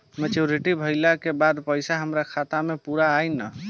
Maturity भईला के बाद पईसा हमरे खाता म पूरा आई न?